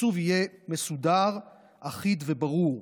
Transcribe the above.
התקצוב יהיה מסודר, אחיד וברור.